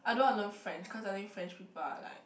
I don't want to learn French cause I think French people are like